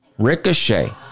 Ricochet